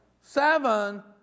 seven